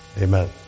Amen